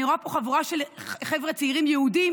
אני רואה פה חבורה של חבר'ה צעירים יהודים